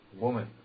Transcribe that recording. woman